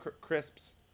crisps